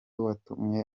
watumye